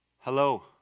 Hello